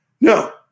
No